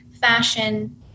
fashion